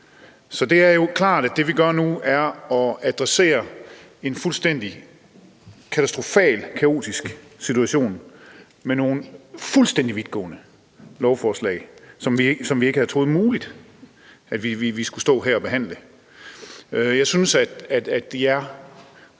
Så det er jo klart, at det, vi gør nu, er at adressere en fuldstændig katastrofal og kaotisk situation med nogle fuldstændig vidtgående lovforslag, som vi ikke havde troet det var muligt at vi skulle stå her og behandle. Jeg synes, det er